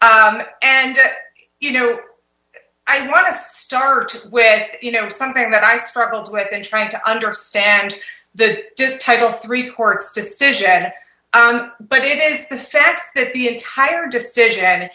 it and you know i want to start with you know something that i struggled with in trying to understand the title three court's decision but it is the fact that the entire decision